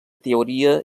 teoria